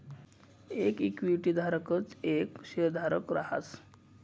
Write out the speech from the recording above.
येक इक्विटी धारकच येक शेयरधारक रहास